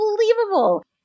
unbelievable